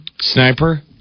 Sniper